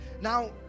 now